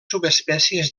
subespècies